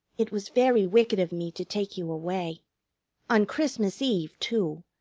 it was very wicked of me to take you away on christmas eve, too!